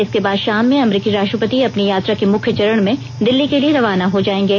इसके बाद शाम में अमरीकी राष्ट्रपति अपनी यात्रा के मुख्य चरण में दिल्ली के लिए रवाना हो जायेंगे